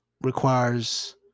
requires